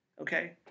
Okay